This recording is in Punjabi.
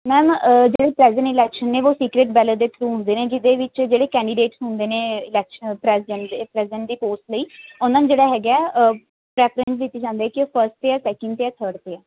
ਮੈਮ ਜਿਹੜੇ ਪ੍ਰੈਜੀਡੈਂਟ ਇਲੈਕਸ਼ਨ ਨੇ ਉਹ ਸੀਕਰੇਟ ਬੈਲਰ ਦੇ ਥਰੂ ਹੁੰਦੇ ਨੇ ਜਿਹਦੇ ਵਿੱਚ ਜਿਹੜੇ ਕੈਂਡੀਡੇਟਸ ਹੁੰਦੇ ਨੇ ਇਲੈਕਸ਼ਨ ਪ੍ਰੈਜੀਡੈਂਟ ਦੇ ਪ੍ਰੈਜੀਡੈਂਟ ਦੀ ਪੋਸਟ ਲਈ ਉਹਨਾਂ ਨੇ ਜਿਹੜਾ ਹੈਗਾ ਪ੍ਰੈਫਰੈਂਸ ਦਿੱਤੀ ਜਾਂਦੀ ਹੈ ਕੀ ਉਹ ਫਸਟ 'ਤੇ ਹੈ ਸੈਕਿੰਡ 'ਤੇ ਹੈ ਥਰਡ 'ਤੇ ਹੈ